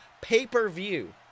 pay-per-view